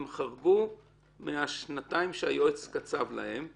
הם חרגו משנתיים שהיועץ קצב להם,